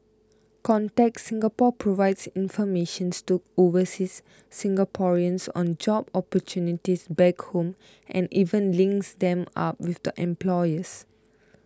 contact Singapore provides informations to overseas Singaporeans on job opportunities back home and even links them up with employers